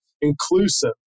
inclusive